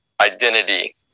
identity